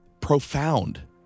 profound